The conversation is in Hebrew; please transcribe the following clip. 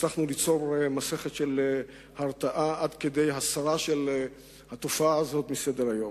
והצלחנו ליצור מסכת של הרתעה עד כדי הסרת התופעה הזאת מסדר-היום.